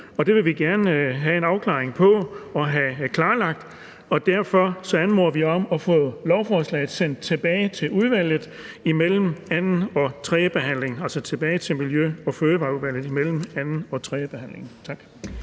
Det vil vi gerne have en afklaring på og have klarlagt. Derfor anmoder vi om at få lovforslaget sendt tilbage til Miljø- og Fødevareudvalget